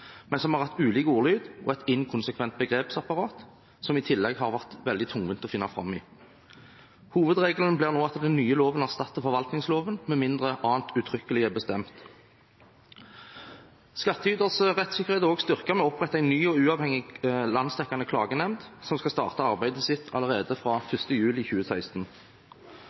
men som har hatt ulik ordlyd og et inkonsekvent begrepsapparat, og som i tillegg har vært veldig tungvint å finne fram i. Hovedregelen blir nå at den nye loven erstatter forvaltningsloven, med mindre annet er uttrykkelig bestemt. Skattyters rettssikkerhet er også styrket ved at man oppretter en ny og uavhengig landsdekkende klagenemnd, som skal starte arbeidet sitt allerede fra 1. juli 2016.